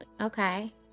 okay